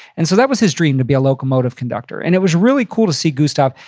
and so that was his dream, to be a locomotive conductor and it was really cool to see gustav.